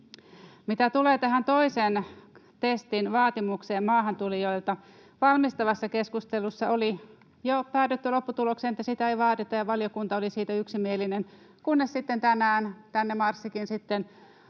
Mitä tulee tähän toisen testin vaatimukseen maahantulijoilta, valmistavassa keskustelussa oli jo päädytty lopputulokseen, että sitä ei vaadita, ja valiokunta oli siitä yksimielinen, kunnes sitten tänään tänne marssikin